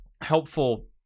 helpful